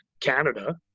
Canada